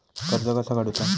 कर्ज कसा काडूचा?